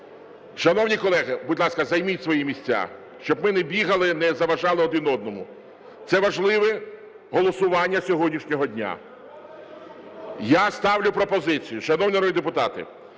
Шановні колеги, будь ласка, займіть свої місця, щоб ми не бігали, не заважали один одному, це важливе голосування сьогоднішнього дня. Я ставлю пропозицію, шановні народні депутати.